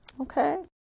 Okay